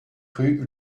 rue